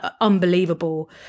unbelievable